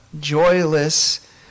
joyless